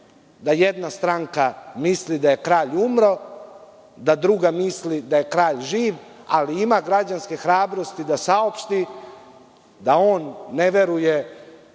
da jedna stranka misli da je kralj umro, da druga misli da je kralj živ, ali ima građanske hrabrosti da saopšti da on ne veruje